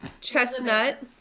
Chestnut